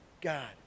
God